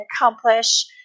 accomplish